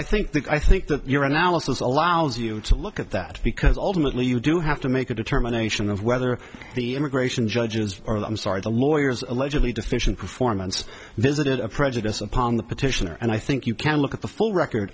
i think that i think that your analysis allows you to look at that because ultimately you do have to make a determination of whether the immigration judges or the i'm sorry the lawyers allegedly deficient performance visited a prejudice upon the petitioner and i think you can look at the full record